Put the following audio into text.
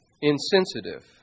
insensitive